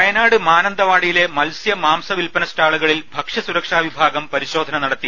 വയനാട് മാനന്തവാടിയിലെ മത്സ്യ മാംസ വിൽപന സ്റ്റാളുകളിൽ ഭക്ഷ്യസുരക്ഷാ വിഭാഗം പരിശോധന നടത്തി